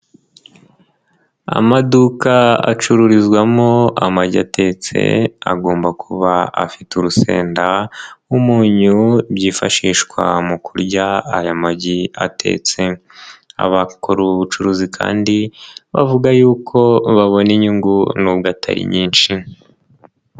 Amaduka acururizwamo amagi atetse agomba kuba afite urusenda, umunyu, byifashishwa mu kurya aya magi atetse. Abakora ubu bucuruzi kandi, bavuga yuko babona inyungu n'ubwo atari nyinshi.